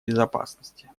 безопасности